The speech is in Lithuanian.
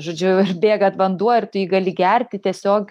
žodžiu ir bėga vanduo ir tu jį gali gerti tiesiog